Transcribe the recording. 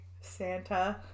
Santa